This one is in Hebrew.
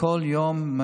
בכל יום,